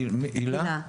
הילה?